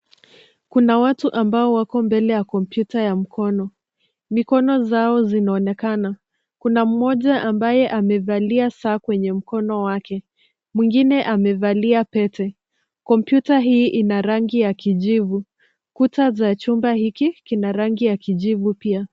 Kuna watu ambao wako mbele ya kompyuta ya mkono. Mikono zao zinaonekana. Kuna mmoja ambaye amevalia saa kwenye mkono wake, mwingine amevalia pete. Komputa hii ina rangi ya kijivu. kuta za chumba hiki kina rangi ya kijivu pia.